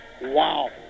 Wow